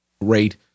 rate